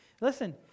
Listen